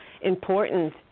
Important